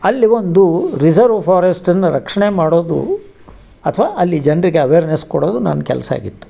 ಅಲ್ಲಿ ಒಂದು reserve forest ಅನ್ನು ರಕ್ಷಣೆ ಮಾಡೋದು ಅಥ್ವ ಅಲ್ಲಿ ಜನರಿಗೆ ಅವೆರ್ನೆಸ್ ಕೊಡೋದು ನನ್ನ ಕೆಲಸ ಆಗಿತ್ತು